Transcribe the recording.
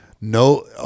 No